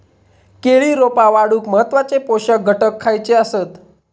केळी रोपा वाढूक महत्वाचे पोषक घटक खयचे आसत?